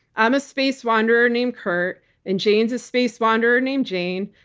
i'm a space wanderer named kurt and jane's a space wanderer named jane,